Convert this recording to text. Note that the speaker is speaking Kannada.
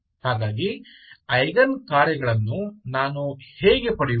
ಹಾಗಾಗಿ ಐಗನ್ ಕಾರ್ಯಗಳನ್ನು ನಾನು ಹೇಗೆ ಪಡೆಯುವುದು